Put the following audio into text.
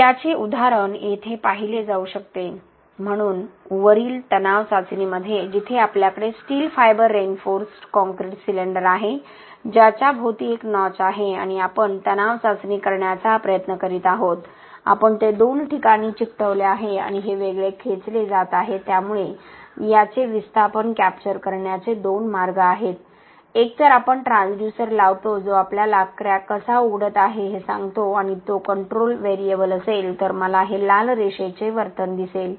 याचे उदाहरण येथे पाहिले जाऊ शकते म्हणून वरील तणाव चाचणीमध्ये जिथे आपल्याकडे steel fibre reinforced concrete cylinder आहे ज्याच्या भोवती एक नॉच आहे आणि आपण तणाव चाचणी करण्याचा प्रयत्न करीत आहोतआपण ते दोन ठिकाणी चिकटवले आहे आणि हे वेगळे खेचले जात आहे त्यामुळे याचे विस्थापन कॅप्चर करण्याचे दोन मार्ग आहेत एकतर आपण ट्रान्सड्यूसर लावतो जो आपल्याला क्रॅक कसा उघडत आहे हे सांगतो आणि तो कंट्रोल व्हेरिएबल असेल तर मला हे लाल रेषेचे वर्तन दिसेल